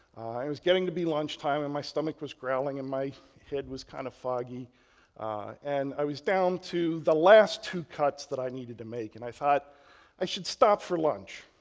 it was getting to be lunch time and my stomach was growling and my head was kind of foggy and i was down to the last two cuts that i needed to make and i thought i should stop for lunch.